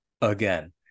again